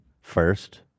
first